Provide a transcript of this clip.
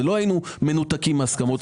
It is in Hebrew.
ולא היינו מנותקים מן ההסכמות,